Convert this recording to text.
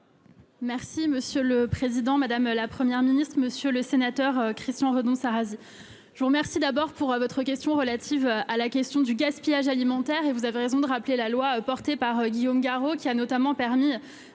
Merci monsieur le président, madame la première ministre monsieur le sénateur Christian renonce à je vous remercie d'abord pour votre question relative à la question du gaspillage alimentaire et vous avez raison de rappeler la loi portée par Guillaume Garot, qui a notamment permis